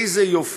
איזה יופי.